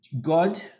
god